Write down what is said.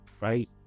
right